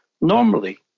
normally